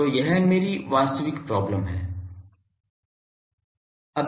तो यह मेरी वास्तविक प्रॉब्लम है